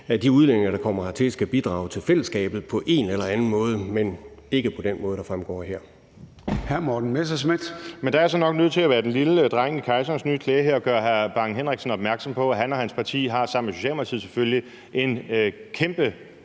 at de udlændinge, der kommer hertil, skal bidrage til fællesskabet på en eller anden måde, men ikke på den måde, der fremgår her.